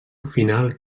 final